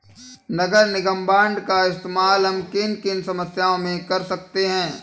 नगर निगम बॉन्ड का इस्तेमाल हम किन किन समस्याओं में कर सकते हैं?